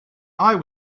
eye